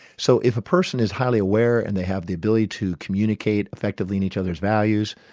so if a person is highly aware and they have the ability to communicate effectively in each other's values,